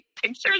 pictures